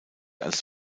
als